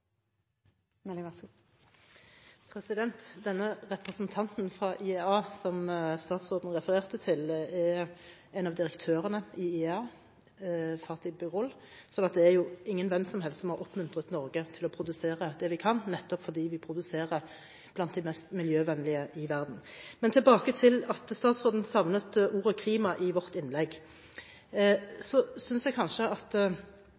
Denne representanten fra IEA som statsråden refererte til, er en av direktørene i IEA, Fatih Birol. Så det er ingen hvem som helst som har oppmuntret Norge til å produsere det vi kan, nettopp fordi vi er blant de mest miljøvennlige produsenter i verden. Men tilbake til at statsråden savnet ordet «klima» i vårt innlegg.